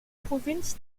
provinz